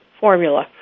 formula